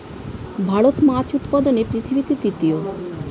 ভারত মাছ উৎপাদনে পৃথিবীতে তৃতীয়